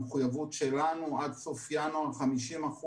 המחויבות שלנו עד סוף ינואר היא 50%,